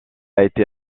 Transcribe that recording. été